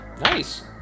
Nice